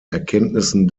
erkenntnissen